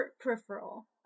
peripheral